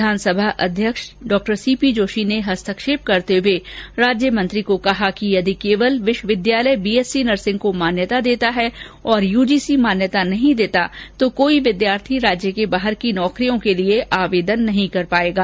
विधानसभा अध्यक्ष डॉ सीपी जोशी ने इस पर हस्तक्षेप करते हुए राज्यमंत्री को कहा कि यदि केवल विश्वविद्यालय बीएससी नर्सिंग को मान्यता देता है और यूजीसी मान्यता नहीं देता तो कोई विद्यार्थी राज्य के बाहर की नौकरियों के लिए आवेदन नहीं कर पाएगा